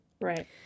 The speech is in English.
Right